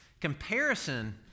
Comparison